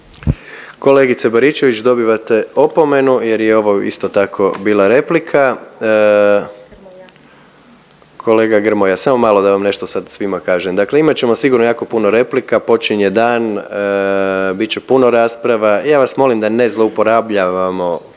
Kolegice Baričević dobivate opomenu jer je ovo isto tako bila replika. Kolega Grmoja. Samo malo da vam nešto sad svima kažem, dakle imat ćemo sigurno jako puno replika počinje dan, bit će puno rasprava, ja vas molim da ne zloupotrebljavamo